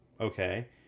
Okay